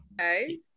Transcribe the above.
Okay